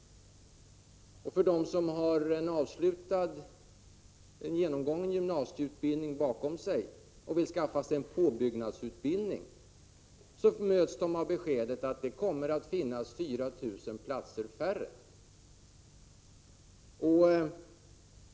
De som har en genomgången gymnasieutbildning bakom sig och vill skaffa sig en påbyggnadsutbildning möts av beskedet: Det kommer att finnas 4 000 färre platser.